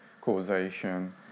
causation